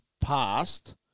passed